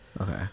Okay